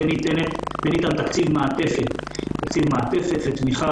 וניתן תקציב מעטפת לתמיכה,